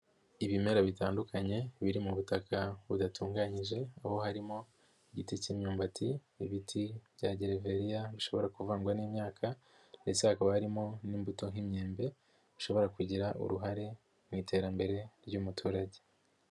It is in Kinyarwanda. Ibimera bitandukanye biri mu butaka budatunganyije aho harimo igiti k'imyumbati, ibiti bya gereveriya bishobora kuvangwa n'imyaka ndetse hakaba harimo n'imbuto nk'imyembe bishobora kugira uruhare mu iterambere ry'umuturage.